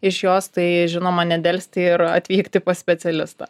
iš jos tai žinoma nedelsti ir atvykti pas specialistą